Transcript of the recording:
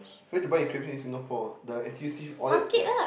where to buy your craving in Singapore the N_T_U_C all that at